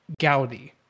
Gaudi